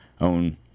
own